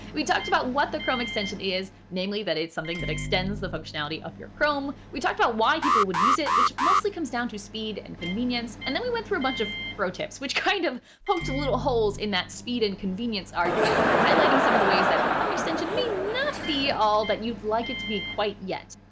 we talked about what the chrome extension is, namely that it's something that extends the functionality of your chrome. we talked about why people would use it, which mostly comes down to speed and convenience. and then we went through a bunch of pro tip, which kind of poked a little holes in that speed and convenience argument, highlighting some of the ways that the chrome extension may not be all that you'd like it to be quite yet.